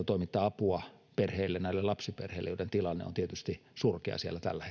toimittaa apua näille lapsiperheille joiden tilanne on tietysti surkea siellä tällä